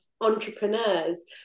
entrepreneurs